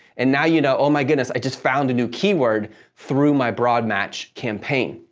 and now, you know, oh my goodness, i just found a new keyword through my broad match campaign.